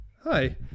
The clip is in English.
Hi